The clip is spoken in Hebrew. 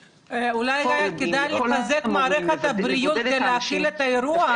--- אולי היה כדאי לחזק את מערכת הבריאות כדי להכיל את האירוע.